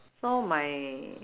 so my